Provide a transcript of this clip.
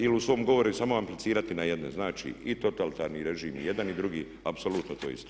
Ili u svom govoru samo implicirati na jedne, znači i totalitarni režim i jedan i drugi apsolutno to je isto.